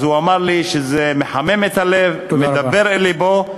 הוא אמר לי שזה מחמם את הלב, מדבר אל לבו,